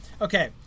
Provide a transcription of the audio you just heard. Okay